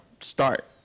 start